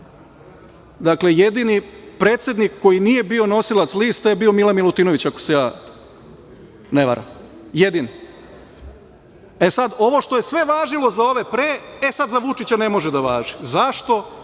Dakle, jedini predsednik koji nije bio nosilac liste je bio Milan Milutinović, ako se ja ne varam, jedini. Ovo što je sve važilo za ove pre, e, sad za Vučića ne može da važi. Zašto?